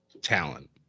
talent